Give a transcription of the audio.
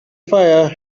fire